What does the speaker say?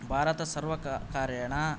भारत सर्वकारेण